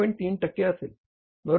3 टक्के असेल बरोबर